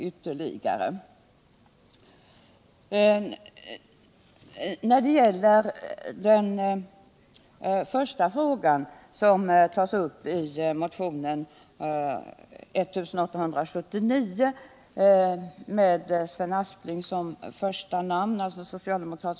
Den första fråga som tas upp i den socialdemokratiska motionen 1879, med Sven Aspling som första namn, gäller förskottsbeloppet.